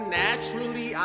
naturally